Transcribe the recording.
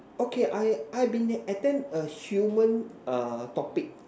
okay I I been attend a human uh topic